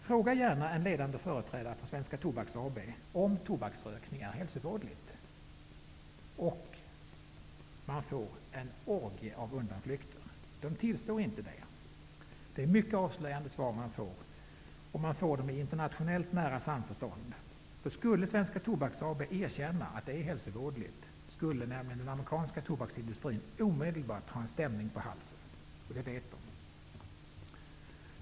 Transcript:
Fråga gärna en ledande företrädare för Svenska Tobaks AB om huruvida tobaksrökning är hälsovådligt, och man kommer med en orgie av undanflykter. Man tillstår inte det. Svaren är mycket avslöjande. Det internationella samförståndet är mycket nära. Om Svenska Tobaks AB skulle erkänna att tobaksrökning är hälsovådligt, skulle nämligen den amerikanska tobaksindustrin omedelbart få en stämning på halsen, och de vet man.